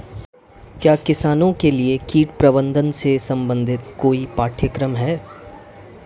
क्या किसानों के लिए कीट प्रबंधन से संबंधित कोई पाठ्यक्रम है?